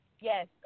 Yes